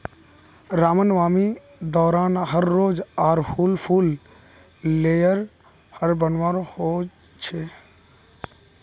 रामनवामी दौरान हर रोज़ आर हुल फूल लेयर हर बनवार होच छे